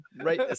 right